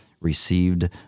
received